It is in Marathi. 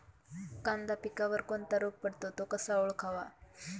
कांदा पिकावर कोणता रोग पडतो? तो कसा ओळखावा?